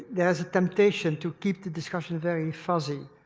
there is a temptation to keep the discussion very fuzzy.